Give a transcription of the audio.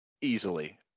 easily